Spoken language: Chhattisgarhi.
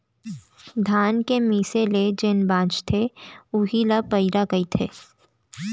धान के मीसे ले जेन बॉंचथे उही ल पैरा कथें